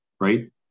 right